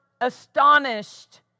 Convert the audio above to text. astonished